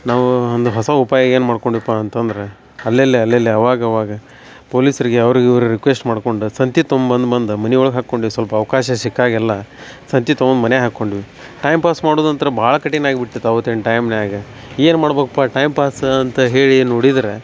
ನಾವು ಒಂದು ಹೊಸ ಉಪಾಯ ಏನು ಮಾಡ್ಕೊಂಡ್ವ್ಯಪಾ ಅಂತಂದ್ರ ಅಲ್ಲಲ್ಲೆ ಅಲ್ಲಲ್ಲೆ ಅವಾಗ ಅವಾಗ ಪೋಲೀಸರಿಗೆ ಅವ್ರು ಇವ್ರು ರಿಕ್ವೆಶ್ಟ್ ಮಾಡ್ಕೊಂಡ ಸಂತಿ ತೊಂಬಂದು ಬಂದ ಮನಿಯೊಳಗೆ ಹಾಕ್ಕೊಂಡ್ವಿ ಸ್ವಲ್ಪ ಅವಕಾಶ ಸಿಕ್ಕಾಗೆಲ್ಲಾ ಸಂತಿ ತೊಗೊಂದು ಮನೆಗೆ ಹಾಕೊಂಡ್ವಿ ಟೈಮ್ ಪಾಸ್ ಮಾಡುದ ಒಂಥ್ರ ಭಾಳ ಕಠಿನ ಆಗ್ಬಿಟ್ಟಿತ್ತೆ ಅವತ್ತಿನ ಟೈಮ್ನ್ಯಾಗ ಏನು ಮಾಡ್ಬೇಕಪ್ಪ ಟೈಮ್ ಪಾಸ್ ಅಂತ ಹೇಳಿ ನೋಡಿದ್ರ